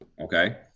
Okay